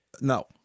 No